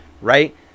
right